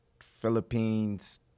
Philippines